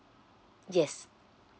yes